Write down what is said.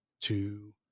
two